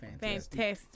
Fantastic